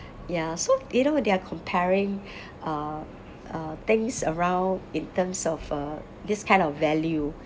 ya so you know they are comparing uh uh things around in terms of uh this kind of value